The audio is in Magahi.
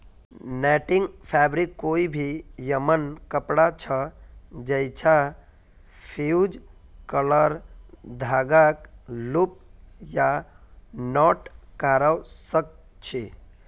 नेटिंग फ़ैब्रिक कोई भी यममन कपड़ा छ जैइछा फ़्यूज़ क्राल धागाक लूप या नॉट करव सक छी